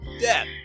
death